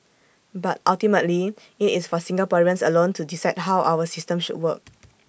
but ultimately IT is for Singaporeans alone to decide how our system should work